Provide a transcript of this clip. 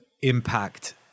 impact